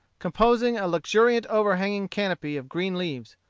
composing a luxuriant overhanging canopy of green leaves,